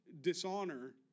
dishonor